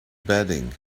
bedding